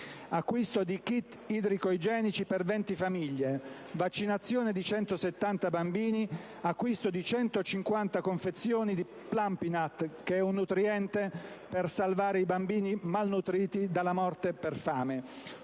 acquisto di kit idrico-igienici per 20 famiglie; vaccinazione di 170 bambini; acquisto di 150 confezioni di Plumpynut (...)» (un nutriente per salvare i bambini malnutriti dalla morte per fame).